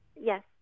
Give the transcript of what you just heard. Yes